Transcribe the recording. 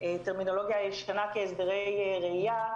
בטרמינולוגיה הישנה כהסדרי ראיה,